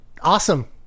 Awesome